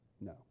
No